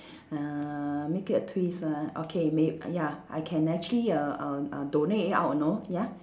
uh make it a twist ah okay may~ ya I can actually err err err donate it out you know ya